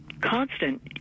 constant